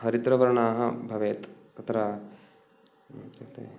हरिद्रवर्णाः भवेत् तत्र अहं चिन्तयामि